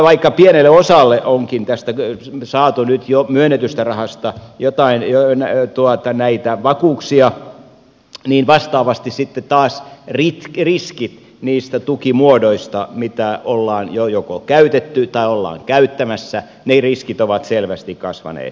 vaikka tästä jo myönnetystä rahasta pienelle osalle onkin saatu nyt jo myönnetystä rahasta jotain jäynää joitain näitä vakuuksia niin vastaavasti sitten taas riskit niistä tukimuodoista mitä joko on jo käytetty tai ollaan käyttämässä ovat selvästi kasvaneet